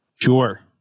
Sure